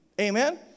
Amen